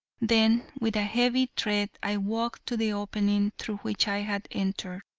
then with a heavy tread i walked to the opening through which i had entered,